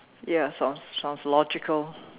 ya sounds sounds logical